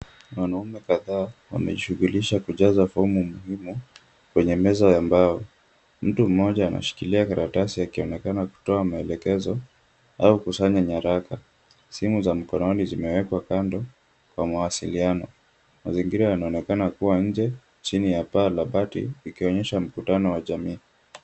Wanaume kadhaa wameshughulisha kujaza fomu muhimu kwenye meza ya mbao. Mtu mmoja anashikilia karatasi akionekana kutoa mwelekezo au kukusanya nyaraka. Simu za mkononi zimewekwa kando kwa mawasaliano na wengine wanaonekana kuwa nje chini ya paa la bati ikionyesha mkutano wa jamii.